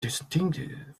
destined